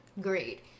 great